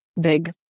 big